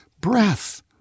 breath